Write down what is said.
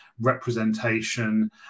representation